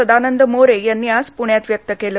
सदानंद मोरे यांनी आज प्ण्यात व्यक्त केलं